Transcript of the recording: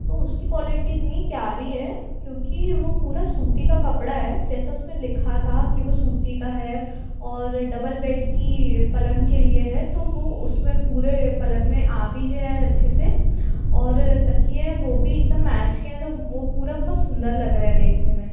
तो उसकी क्वालिटी इतनी प्यारी है क्योंकि वो पूरा सूती का कपड़ा है जैसा उसमें लिखा था कि वो सूती का है और डबल बेड की पलंग के लिए है तो वो उसमें पूरे पलंग में आ भी गया है अच्छे से और तकिए हैं वो भी एकदम मैच के हैं तो वो पूरा बहुत सुंदर लग रहा है देखने में